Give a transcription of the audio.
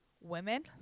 women